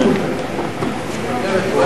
נתקבלה.